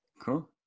Cool